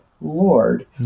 lord